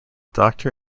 doctor